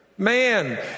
man